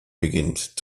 beginnt